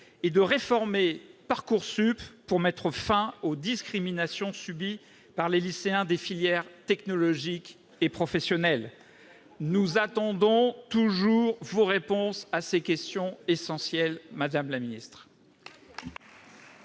et de réformer Parcoursup pour mettre fin aux discriminations subies par les lycéens des filières technologiques et professionnelles. Nous attendons toujours vos réponses à ces questions essentielles, madame la ministre